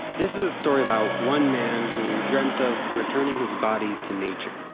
this is a story about one man who dreamt of returning his body to nature.